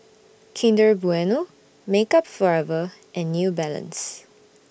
Kinder Bueno Makeup Forever and New Balance